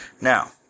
Now